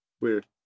Weird